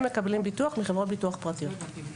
הם מקבלים ביטוח מחברות ביטוח פרטיות.